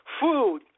food